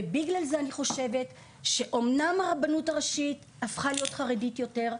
ובגלל זה אני חושבת שאמנם הרבנות הראשית הפכה להיות חרדית יותר,